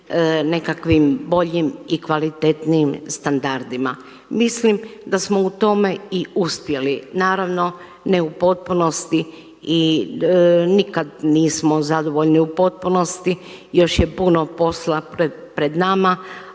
nekakvim boljim i kvalitetnijim standardima. Mislim da smo u tome uspjeli. Naravno ne u potpunosti i nikad nismo zadovoljni u potpunosti, još je puno posla pred nama,